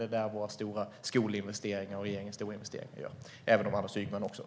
Det är där regeringens stora skolinvesteringar görs, även om Anders Ygeman också förtjänar den budget som han har.